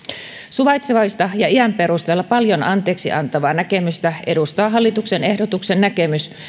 suvaitsevaista ja iän perusteella paljon anteeksiantavaa näkemystä edustaa hallituksen ehdotuksen näkemys